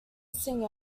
sing